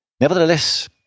Nevertheless